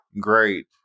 great